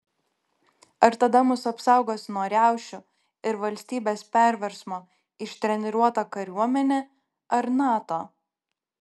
ar tada mus apsaugos nuo riaušių ir valstybės perversmo ištreniruota kariuomenė ar nato